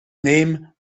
name